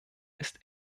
ist